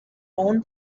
own